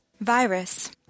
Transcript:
Virus